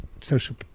social